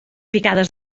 picades